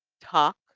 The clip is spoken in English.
talk